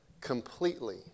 completely